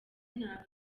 nta